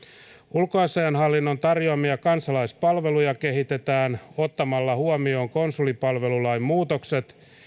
ulkoasiainhallinnon tarjoamia kansalaispalveluja kehitetään ottamalla huomioon konsulipalvelulain muutokset